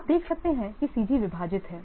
आप देख सकते हैं कि C G विभाजित है